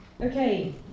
Okay